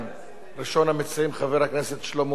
ראשון המציעים, חבר הכנסת שלמה מולה, בבקשה,